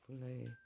play